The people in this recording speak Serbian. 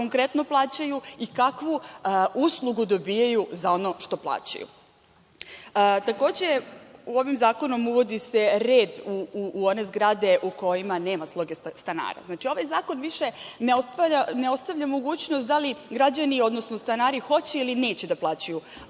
konkretno plaćaju i kakvu uslugu dobijaju za ono što plaćaju. Takođe, ovim zakonom se uvodi red u zgradama u kojima nema sloge stanara. Znači, ovaj zakon više ne ostavlja mogućnost da li građani, odnosno stanari hoće ili neće da plaćaju